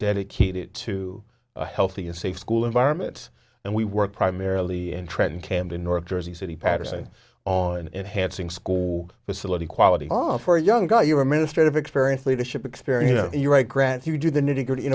dedicated to healthy and safe school environments and we work primarily in trenton camden north jersey city patterson on enhancing school facility quality all for young guy you're a minister of experience leadership experience you write grants you do the nitty gritty you